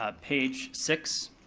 ah page six,